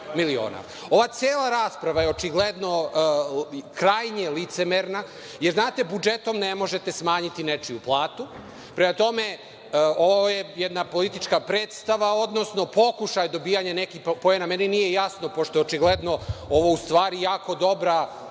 cela rasprava je očigledno krajnje licemerna, jer znate, budžetom ne možete smanjiti nečiju platu. Prema tome, ovo je jedna politička predstava, odnosno pokušaj dobijanja nekih poena. Meni nije jasno, pošto je očigledno ovo u stvari jako dobra kampanja